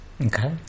Okay